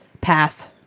Pass